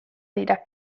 dira